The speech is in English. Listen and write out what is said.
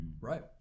Right